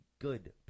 good